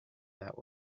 that